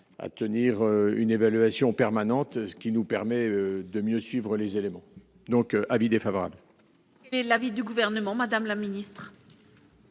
à tenir une évaluation permanente, ce qui nous permet de mieux suivre les éléments donc avis défavorable. C'est l'avis du gouvernement, Madame la Ministre.